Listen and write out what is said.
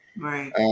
Right